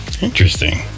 interesting